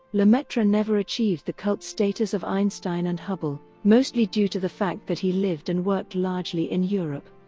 lemaitre never achieved the cult status of einstein and hubble, mostly due to the fact that he lived and worked largely in europe.